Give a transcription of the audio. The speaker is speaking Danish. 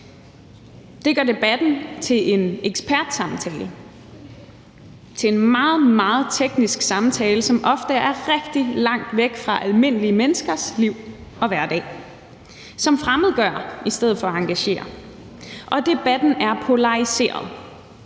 Det gør debatten til en ekspertsamtale, til en meget, meget teknisk samtale, som ofte er rigtig langt væk fra almindelige menneskers liv og hverdag, og som fremmedgør i stedet for at engagere. Og debatten er polariseret: